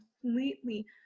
completely